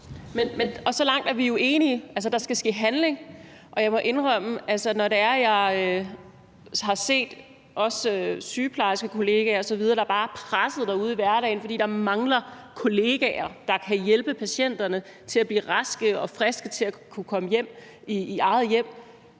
Så langt er vi jo enige, altså at der skal ske handling, og jeg må også indrømme, at når jeg har set sygeplejerskekollegaer osv., der bare er pressede derude i hverdagen, fordi der mangler kollegaer, der kan hjælpe patienterne til at blive raske og friske til at kunne komme hjem i eget hjem,